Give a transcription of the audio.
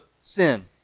sin